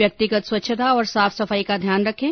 व्यक्तिगत स्वच्छता और साफ सफाई का ध्यान रखें